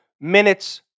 minutes